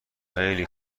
خیلی